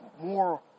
more